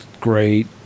great